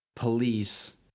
police